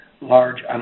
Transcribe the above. large